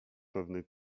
pewnej